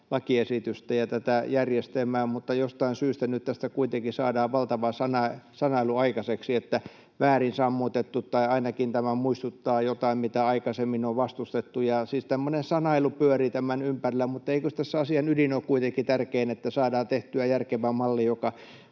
lakiesitystä ja tätä järjestelmää, mutta jostain syystä nyt tästä kuitenkin saadaan valtava sanailu aikaiseksi, että väärin sammutettu tai ainakin tämä muistuttaa jotain, mitä aikaisemmin on vastustettu. Siis tämmöinen sanailu pyörii tämän ympärillä, mutta eikös tässä asian ydin ole kuitenkin tärkein, että saadaan tehtyä järkevä malli,